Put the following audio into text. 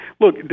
Look